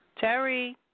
Terry